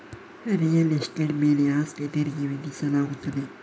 real estate ಮೇಲೆ ಆಸ್ತಿ ತೆರಿಗೆ ವಿಧಿಸಲಾಗುತ್ತದೆ